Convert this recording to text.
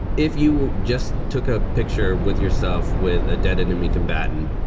if you just took a picture with yourself with a dead enemy combatant,